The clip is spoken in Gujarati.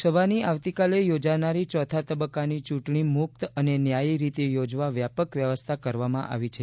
લોકસભાની આવતીકાલે યોજાનારી ચોથા તબક્કાની ચૂંટણી મુક્ત અને ન્યાયી રીતે યોજવા વ્યાપક વ્યવસ્થા કરવામાં આવી છે